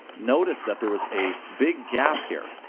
notice that there was a big gap here,